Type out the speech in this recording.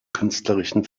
künstlerischen